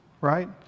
right